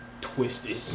twisted